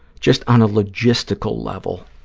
just on a logistical level.